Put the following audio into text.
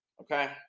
Okay